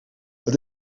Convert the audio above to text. het